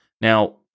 Now